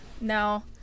Now